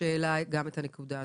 שהעלה גם את הנקודה הזאת.